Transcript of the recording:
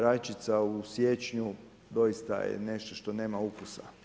Rajčica u siječnju, doista je nešto što nema ukusa.